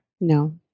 No